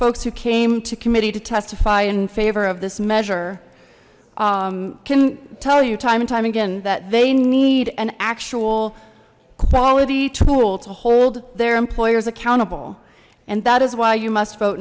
folks who came to committee to testify in favor of this measure can tell you time and time again that they need an actual quality tool to hold their employers accountable and that is why you must vote